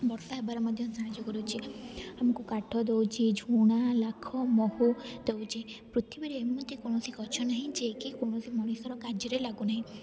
ବର୍ଷା ହେବାରେ ମଧ୍ୟ ସାହାଯ୍ୟ କରୁଛି ଆମକୁ କାଠ ଦଉଛି ଝୁଣା ଲାଖ ମହୁ ଦଉଛି ପୃଥିବୀରେ ଏମିତି କୌଣସି ଗଛ ନାହିଁ ଯେ କି କୌଣସି ମଣିଷର କାର୍ଯ୍ୟରେ ଲାଗୁନାହିଁ